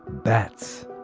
bats.